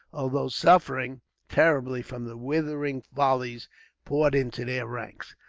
although suffering terribly from the withering volleys poured into their ranks.